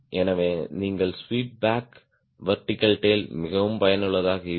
எனவே நீங்கள் sweep back vertical tail மிகவும் பயனுள்ளதாக இருக்கும்